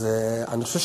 אז אני חושב,